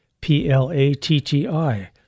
P-L-A-T-T-I